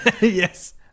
Yes